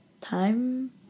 time